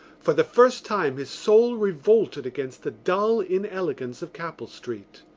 for the first time his soul revolted against the dull inelegance of capel street.